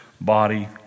body